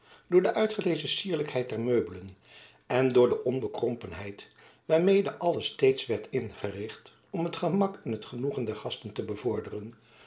door de uitgelezen cierlijkheid der meubelen en door de onbekrompenheid waarmede alles steeds werd ingericht om het gemak en het genoegen der gasten te bevorderen